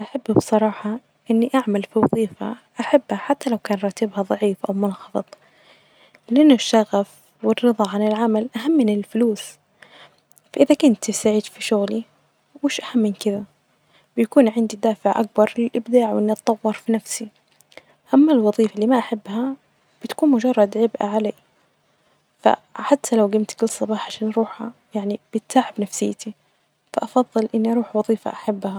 أحب بصراحة إني أعمل ف وظيفة أحبها حتى لو كان راتبها ظعيف .أو منخفظ لإنه الشغف والرظا عن العمل أهم من الفلوس .فإذا كنت سعيد في شغلي وش احلى من كده، يكون عندي الدافع أكبر للإبداع ،وإني أطور في نفسي أ.ما الوظيفة اللي ما أحبها بتكون مجرد عبء علي فحتى لو جمت كل صباح عشان روحها يعني بتتعب نفسيتي. فأفظل اني اروح وظيفة أحبها.